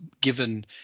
given